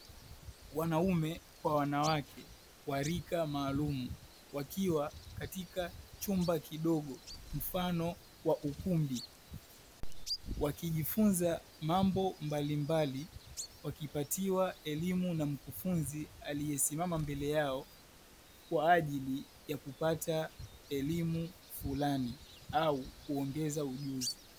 Wanaume kwa wanawake wa rika maalumu; wakiwa katika chumba kidogo mfano wa ukumbi, wakijifunza mambo mbalimbali, wakipatiwa elimu na mkufunzi aliyesimama mbele yao, kwa ajili kupata elimu fulani au kuongeza ujuzi.